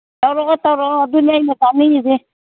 ꯇꯧꯔꯛꯑꯣ ꯇꯧꯔꯛꯑꯣ ꯑꯗꯨꯅꯦ ꯑꯩꯅ ꯇꯥꯅꯤꯡꯏꯁꯦ